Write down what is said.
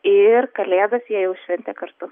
ir kalėdas jie jau šventė kartu